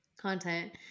content